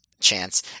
chance